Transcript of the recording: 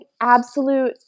absolute